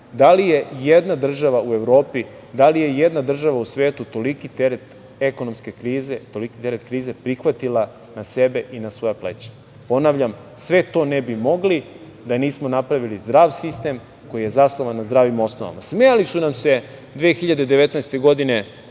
li je i jedna država u Evropi, da li je i jedna država u svetu toliki teret ekonomske krize, toliki teret krize prihvatila na sebe i na svoja pleća? Ponavljam, sve to ne bi mogli da nismo napravili zdrav sistem koji je zasnovan na zdravim osnovama. Smejali su nam se 2019. godine